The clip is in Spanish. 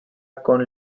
con